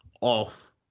off